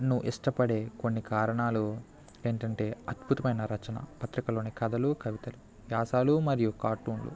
ను ఇష్టపడే కొన్ని కారణాలు ఏంటంటే అద్భుతమైన రచన పత్రికలోని కథలు కవితలు వ్యాసాలు మరియు కార్టూన్లు